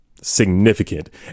significant